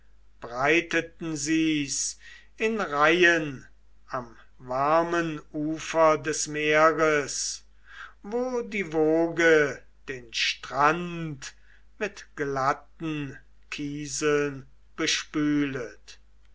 breiteten sie's in reihen am warmen ufer des meeres wo die woge den strand mit glatten kieseln bespület